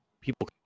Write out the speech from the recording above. people